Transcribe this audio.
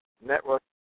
network